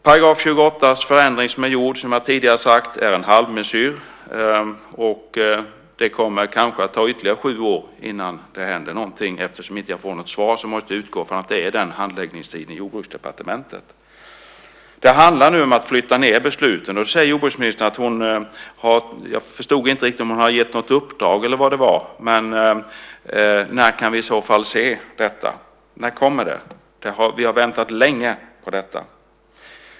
Den förändring som är gjord i § 28 är, som jag tidigare har sagt, en halvmesyr. Det kommer kanske att ta ytterligare sju år innan det händer något. Eftersom jag inte får något svar måste jag utgå ifrån att det är den handläggningstiden i Jordbruksdepartementet. Det handlar nu om att flytta ned besluten. Jag förstod inte om jordbruksministern hade gett ett uppdrag. När kan vi i så fall se detta? När kommer det? Vi har väntat länge på detta.